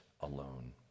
alone